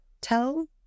Tell